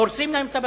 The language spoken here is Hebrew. הורסים להם את הבתים.